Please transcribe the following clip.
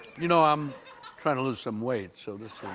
you know i'm trying to lose some weight so this